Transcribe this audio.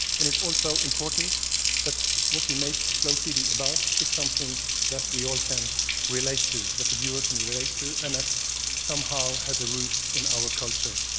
and it's also important that what we make slow tv about is something that we all can relate to, that the viewer can relate to, and that somehow has a root in our culture.